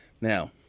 Now